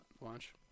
launch